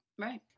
Right